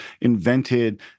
invented